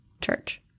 Church